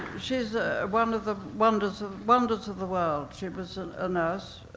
she's one of the wonders of wonders of the world. she was a nurse,